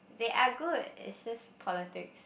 they are good it's just politics